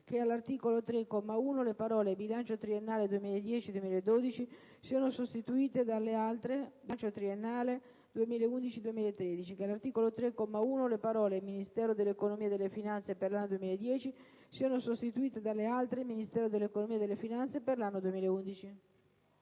che all'articolo 3 comma 1, le parole: "bilancio triennale 2010-2012" siano sostituite dalle altre: "bilancio triennale 2011-2013"; - che all'articolo 3, comma 1 le parole: "Ministero dell'economia e delle finanze per l'anno 2010" siano sostituite dalle altre: "Ministero dell'economia e delle finanze per l'anno 2011"».